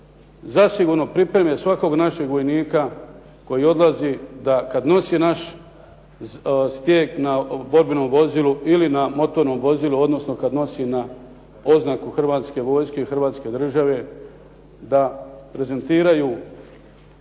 zasigurno pripreme svakog našeg vojnika koji odlazi, da kad nosi naš stijeg na borbenom vozilu ili na motornom vozilu, odnosno kad nosi oznaku Hrvatske vojske i Hrvatske države da prezentiraju